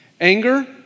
Anger